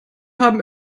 haben